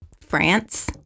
France